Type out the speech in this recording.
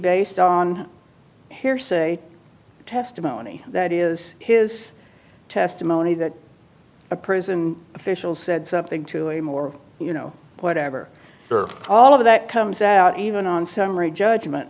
based on hearsay testimony that is his testimony that a prison official said something to a more you know whatever all of that comes out even on summary